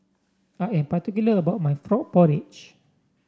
I am particular about my Frog Porridge